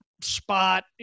spot